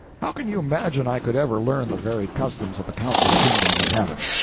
how can you imagine i could ever learn the varied customs of the countless kingdoms of heaven?